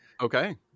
Okay